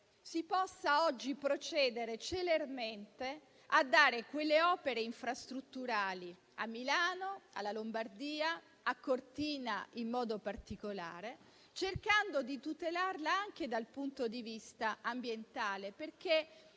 si possa oggi procedere celermente a dare quelle opere infrastrutturali a Milano, alla Lombardia e a Cortina in modo particolare, cercando di tutelarla anche dal punto di vista ambientale, perché